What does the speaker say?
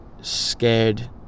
scared